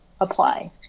apply